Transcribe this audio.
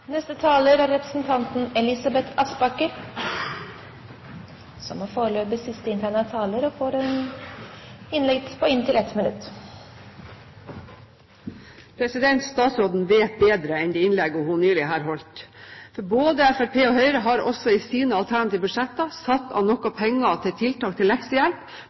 Elisabeth Aspaker har hatt ordet to ganger tidligere og får ordet til en kort merknad, begrenset til 1 minutt. Statsråden vet bedre enn det hun ga uttrykk for i det innlegget hun nettopp holdt her. Både Fremskrittspartiet og Høyre har i sine alternative budsjetter satt av noe penger til tiltak til leksehjelp